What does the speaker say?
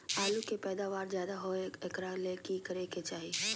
आलु के पैदावार ज्यादा होय एकरा ले की करे के चाही?